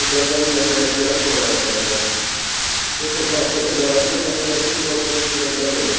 घरदारय मातशें हेल्प केल्या पुरो रांदपा टायमार सो तसो आमकां तो घरांतले कामाक लागून पर्सनल शेफ जाय आल्हो न्हू